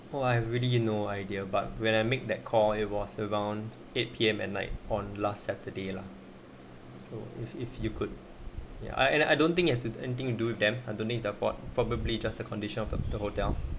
oh I have really no idea but when I make that call it was around eight P_M at night on last saturday lah so if if you could yeah and I don't think anything you do them underneath the ford probably just a condition of the hotel